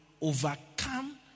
overcome